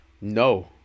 No